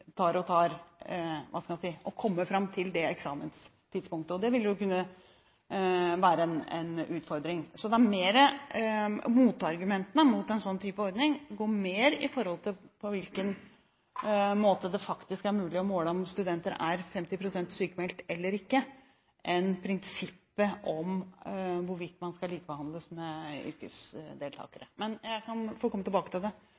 tar å komme fram til den eksamenen? Det vil kunne være en utfordring. Så argumentene mot en sånn ordning dreier seg mer om på hvilken måte det er mulig å måle om studenter er 50 pst. sykmeldt eller ikke, enn prinsippet om hvorvidt man skal likebehandles med yrkesdeltakere. Jeg kan komme tilbake til det